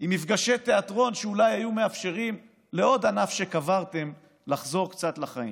עם מפגשי תיאטרון שאולי היו מאפשרים לעוד ענף שקברתם לחזור קצת לחיים.